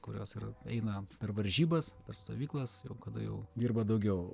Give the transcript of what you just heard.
kurios eina per varžybas stovyklas kada jau dirba daugiau